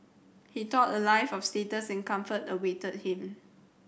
he thought a life of status and comfort awaited him